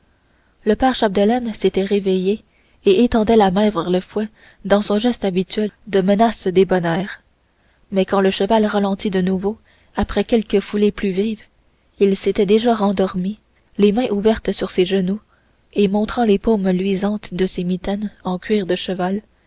le père chapdelaine s'était réveillé et étendait la main vers le fouet dans son geste habituel de menace débonnaire mais quand le cheval ralentit de nouveau après quelques foulées plus vives il s'était déjà rendormi les mains ouvertes sur ses genoux et montrant les paumes luisantes de ses mitaines en cuir de cheval